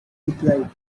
replied